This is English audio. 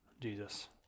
Jesus